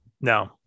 no